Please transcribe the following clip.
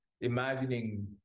imagining